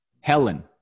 Helen